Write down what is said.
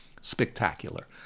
spectacular